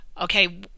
okay